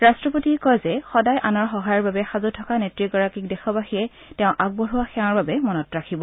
ৰাষ্ট্ৰপতিয়ে কয় যে সদায় আনৰ সহায়ৰ বাবে সাজু থকা নেত্ৰীগৰাকীক দেশবাসীয়ে তেওঁ আগবঢ়োৱা সেৱাৰ বাবে মনত ৰাখিব